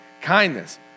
kindness